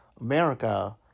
America